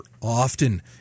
often